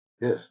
Yes